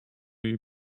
you